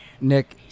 Nick